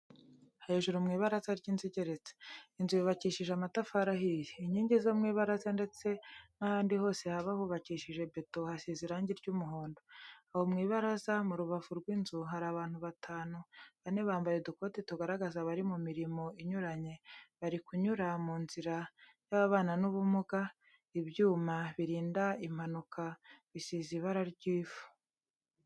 Hejuru mu ibaraza ry'inzu igeretse. Inzu yubakishije amatafari ahiye. Inkingi zo mu ibaraza ndetse n'ahandi hose haba hubakishije beto, hasize irangi ry'umuhondo. Aho mu ibaraza, mu rubavu rw'inzu, hari abantu batanu, bane bambaye udutoki tugaragaza abari mu mirimo inyuranye, bari kunyura mu nzira y'ababana n'ubumuga. Ibyuma birinda impanuka bisize ibara ry'ivu.